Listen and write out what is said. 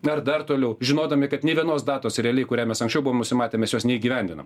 ar dar toliau žinodami kad nė vienos datos realiai kurią mes anksčiau buvom nusimatę mes jos neįgyvendinam